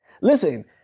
Listen